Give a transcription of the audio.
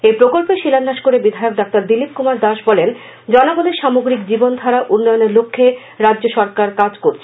এই প্রকল্পের শিলান্যাস করে বিধায়ক ডা দিলীপ কুমার দাস বলেন জনগনের সামগ্রিক জীবনধারা উল্লয়নের লক্ষ্যে রাজ্য সরকার কাজ করছে